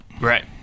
right